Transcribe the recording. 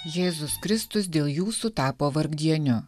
jėzus kristus dėl jūsų tapo vargdieniu